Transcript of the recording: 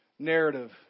Narrative